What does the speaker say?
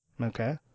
Okay